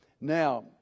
Now